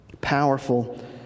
Powerful